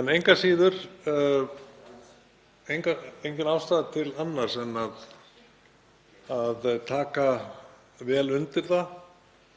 en engu að síður er engin ástæða til annars en að taka vel undir það.